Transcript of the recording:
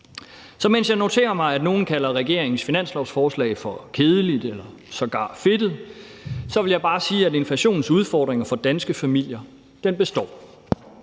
Så mens jeg noterer mig, at nogle kalder regeringens finanslovsforslag for kedeligt eller sågar fedtet, vil jeg bare sige, at inflationens udfordring for danske familier består.